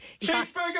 Cheeseburger